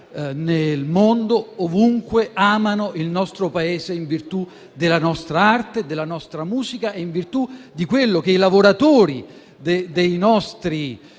nel mondo; ovunque amano il nostro Paese in virtù della nostra arte, della nostra musica e in virtù di quello che i lavoratori dei nostri